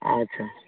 ᱟᱪᱪᱷᱟ